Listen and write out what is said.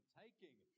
taking